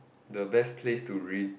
the best place to read